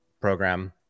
program